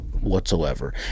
Whatsoever